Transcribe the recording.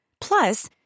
Plus